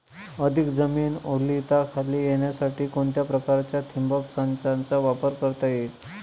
अधिक जमीन ओलिताखाली येण्यासाठी कोणत्या प्रकारच्या ठिबक संचाचा वापर करता येईल?